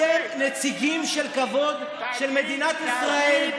אתם נציגים של כבוד של מדינת ישראל,